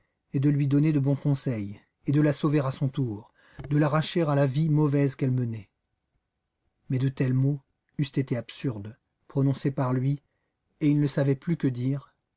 et de lui donner de bons conseils et de la sauver à son tour de l'arracher à la vie mauvaise qu'elle menait mais de tels mots eussent été absurdes prononcés par lui et il ne savait plus que dire